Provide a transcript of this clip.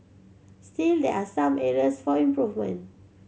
still there are some areas for improvement